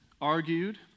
argued